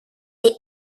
est